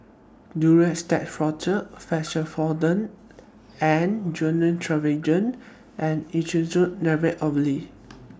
Duro Tuss Forte Fexofenadine and Gyno Travogen and Isoconazole Nitrate Ovule